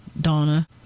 Donna